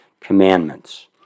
commandments